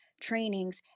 trainings